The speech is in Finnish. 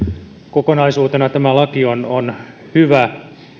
kokonaisuutena tämä laki on on hyvä